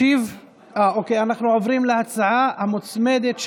אנחנו עוברים להצעה המוצמדת,